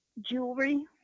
jewelry